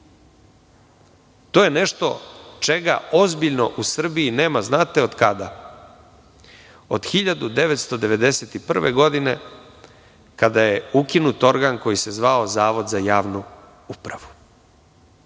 41.To je nešto čega ozbiljno u Srbiji nema, znate od kada, od 1991. godine, kada je ukinut organ koji se zvao Zavod za javnu upravu.